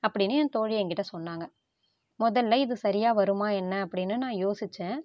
அப்படின்னு என் தோழி என் கிட்ட சொன்னாங்க முதல்ல இது சரியாக வருமா என்ன அப்படின்னு நான் யோசித்தேன்